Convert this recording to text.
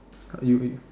how you